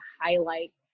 highlight